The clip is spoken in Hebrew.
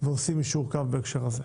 ועושים יישור קו בהקשר הזה.